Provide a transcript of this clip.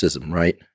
right